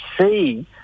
see